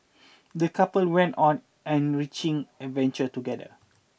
the couple went on enriching adventure together